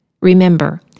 Remember